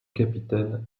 capitaine